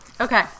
Okay